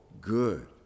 good